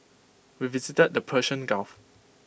we visited the Persian gulf